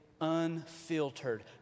unfiltered